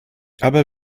aber